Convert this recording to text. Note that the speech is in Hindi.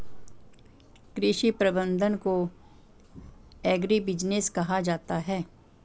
कृषि प्रबंधन को एग्रीबिजनेस कहा जाता है